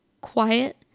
quiet